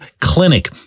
clinic